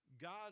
God